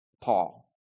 Paul